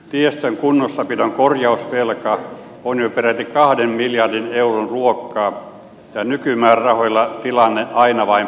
tiestön kunnossapidon korjausvelka on jo peräti kahden miljardin euron luokkaa ja nykymäärärahoilla tilanne aina vain pahenee